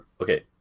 Okay